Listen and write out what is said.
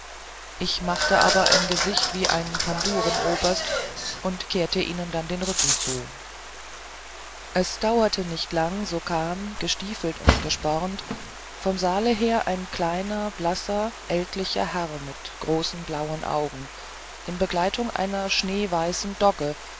ich machte aber ein gesicht wie ein pandurenoberst und kehrte ihnen dann den rücken zu es dauerte nicht lang so kam gestiefelt und gespornt vom stalle her ein kleiner blasser ältlicher herr mit großen blauen augen in begleitung einer schneeweißen dogge